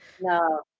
No